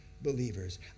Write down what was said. believers